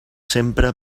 sempre